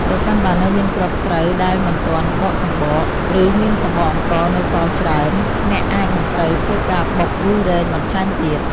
ប្រសិនបើនៅមានគ្រាប់ស្រូវដែលមិនទាន់បកសម្បក ឬមានសម្បកអង្ករនៅសល់ច្រើន អ្នកអាចនឹងត្រូវធ្វើការបុក ឬរែងបន្ថែមទៀត។